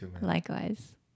likewise